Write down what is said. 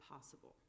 possible